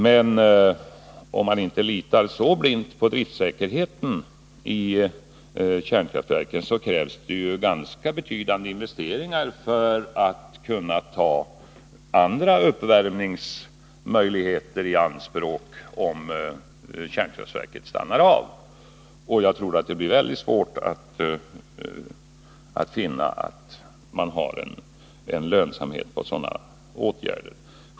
Men litar man inte så blint på driftsäkerheten i kärnkraftverken, krävs det ganska betydande investeringar för att man skall kunna ta andra uppvärmningsmöjligheter i anspråk, om kärnkraftverken måste ställas av. Jag tror att det blir väldigt svårt att finna någon lönsamhet i sådana åtgärder.